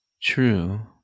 True